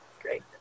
Great